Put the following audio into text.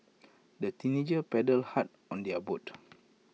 the teenagers paddled hard on their boat